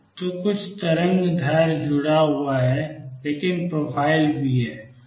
तो कुछ तरंग दैर्ध्य जुड़ा हुआ है लेकिन प्रोफ़ाइल भी है